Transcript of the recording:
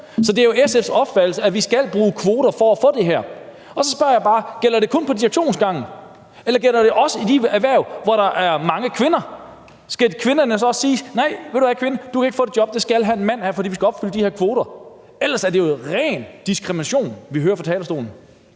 Så det er jo SF's opfattelse, at vi skal bruge kvoter for at opnå det her. Så spørger jeg bare: Gælder det kun på direktionsgangen? Eller gælder det også i de erhverv, hvor der er mange kvinder? Skal kvinderne dér så også have at vide: Nej, ved du hvad, kvinde, du kan ikke få det job, det skal en mand have, fordi vi skal opfylde de her kvoter? Ellers er det jo ren diskrimination, vi hører fra talerstolen.